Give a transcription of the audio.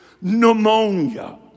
pneumonia